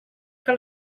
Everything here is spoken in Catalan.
que